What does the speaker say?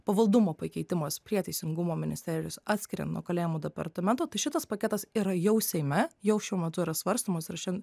pavaldumo pakeitimas prie teisingumo ministerijos atskiriant nuo kalėjimų departamento tai šitas paketas yra jau seime jau šiuo metu yra svarstomas ir šian